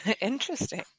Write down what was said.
Interesting